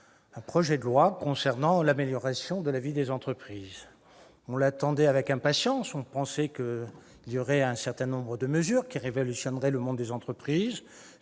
un projet de loi visant l'amélioration de la vie des entreprises. On l'attendait avec impatience, pensant qu'un certain nombre de mesures révolutionneraient le monde des entreprises.